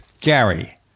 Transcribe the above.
Gary